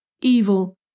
evil